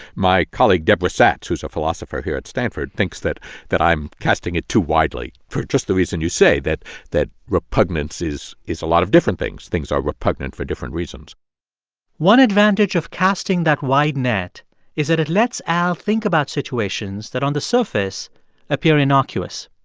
my colleague, debra satz, who's a philosopher here at stanford, thinks that that i'm casting it too widely for just the reason you say, that that repugnance is is a lot of different things. things are repugnant for different reasons one advantage of casting that wide net is that it lets al think about situations that on the surface appear innocuous.